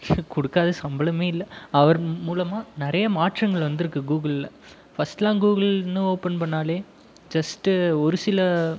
கொடுக்காத சம்பளமே இல்லை அவர் மூலமாக நிறைய மாற்றங்கள் வந்துயிருக்கு கூகுளில் ஃபர்ஸ்ட்லாம் கூகுள்ன்னு ஓபன் பண்ணாலே ஜஸ்ட்டு ஒரு சில